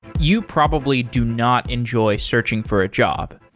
you probably do not enjoy searching for a job.